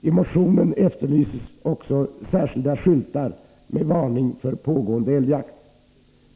I motionen efterlyses också särskilda skyltar med varning för pågående älgjakt.